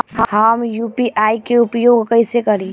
हम यू.पी.आई के उपयोग कइसे करी?